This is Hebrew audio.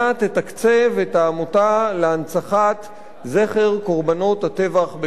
את העמותה להנצחת זכר קורבנות הטבח בכפר-קאסם.